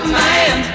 man